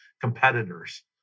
competitors